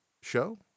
show